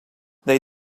they